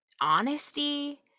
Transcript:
honesty